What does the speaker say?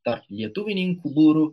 tarp lietuvininkų būrų